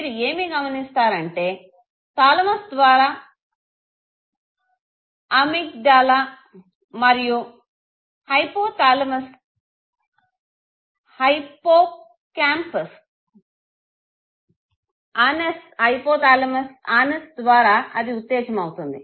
మీరు ఏమి గమనిస్తారంటే థాలమస్ ద్వారా అమిగ్డాలా మరియు హైపోథాలముస్ ఆనస్ ద్వారా అది ఉత్తేజమవుతుంది